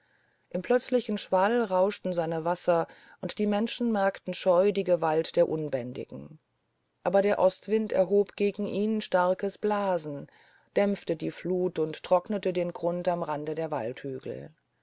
im plötzlichen schwall rauschten seine wasser und die menschen merkten scheu die gewalt der unbändigen aber der ostwind erhob gegen ihn starkes blasen er dämpfte die flut und trocknete den grund am rande der